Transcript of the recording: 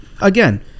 again